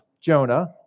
Jonah